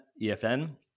efn